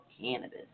cannabis